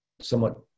somewhat